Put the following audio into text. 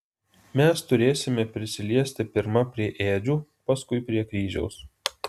mes turėsime prisiliesti pirma prie ėdžių paskui prie kryžiaus